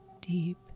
deep